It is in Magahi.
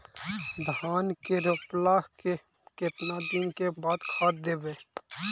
धान के रोपला के केतना दिन के बाद खाद देबै?